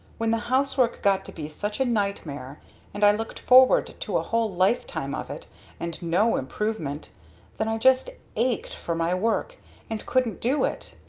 when the housework got to be such a nightmare and i looked forward to a whole lifetime of it and no improvement then i just ached for my work and couldn't do it!